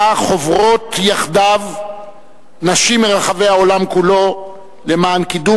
שבו חוברות יחדיו נשים מרחבי העולם כולו למען קידום